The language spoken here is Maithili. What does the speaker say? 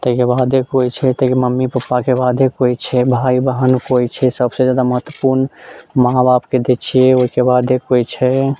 ताहिके बादे कोइ छै मम्मी पप्पाके बादे कोइ छै भाय बहन कोइ छै सबसे जादा महत्वपूर्ण माँ बापके दय छियै ओहिके बादे कोइ छै